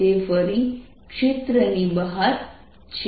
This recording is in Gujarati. તે ફરી ક્ષેત્ર ની બહાર છે